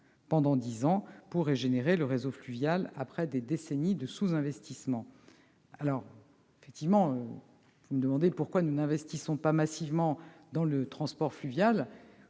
pendant dix ans pour régénérer le réseau fluvial, après des décennies de sous-investissement. Vous me demandez pourquoi nous n'investissons pas massivement dans le transport fluvial.